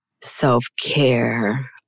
self-care